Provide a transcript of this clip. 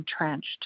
entrenched